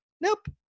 nope